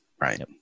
right